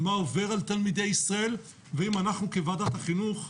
מה עובר על תלמידי ישראל ואם אנחנו כוועדת החינוך,